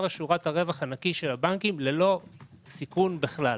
לשורת הרווח הנקי של הבנקים ללא סיכון בכלל.